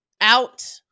out